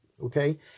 okay